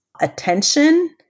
attention